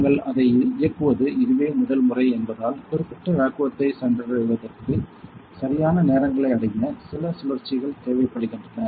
நாங்கள் அதை இயக்குவது இதுவே முதல் முறை என்பதால் குறிப்பிட்ட வேக்குவத்தை சென்றடைவதற்குச் சரியான நேரங்களை அடைய சில சுழற்சிகள் தேவைப்படுகின்றன